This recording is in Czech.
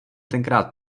tenkrát